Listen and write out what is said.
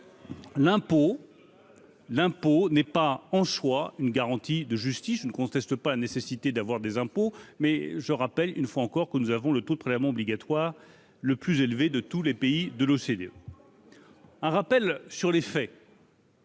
l'impôt n'est pas anchois une garantie de justice ne conteste pas la nécessité d'avoir des impôts mais je rappelle une fois encore, que nous avons le taux de prélèvements obligatoires le plus élevé de tous les pays de l'OCDE, un rappel sur les faits.